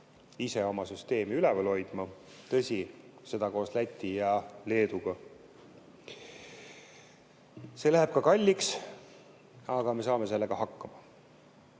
ise oma süsteemi üleval hoidma. Tõsi, seda koos Läti ja Leeduga. See läheb kalliks, aga me saame sellega hakkama.